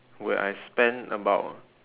where I spent about